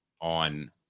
on